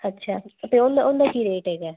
ਅੱਛਾ ਤੇ ਉਹਦਾ ਉਹਦਾ ਕੀ ਰੇਟ ਹੈਗਾ